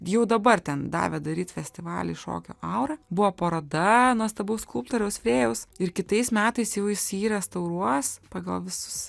jau dabar ten davė daryt festivalį šokio aura buvo paroda nuostabaus skulptoriaus frėjaus ir kitais metais jau jis jį restauruos pagal visus